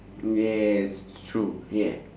yes true yeah